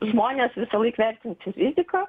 žmonės visąlaik vertinti riziką